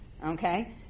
Okay